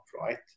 right